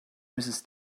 mrs